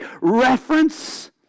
reference